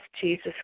Jesus